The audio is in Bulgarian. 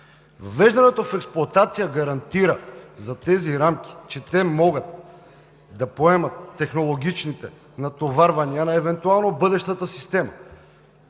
Въвеждането в експлоатация гарантира за тези рамки, че те могат да поемат технологичните натоварвания на евентуално бъдещата система.